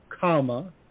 comma